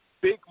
big